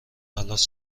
خلاص